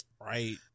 right